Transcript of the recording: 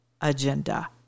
agenda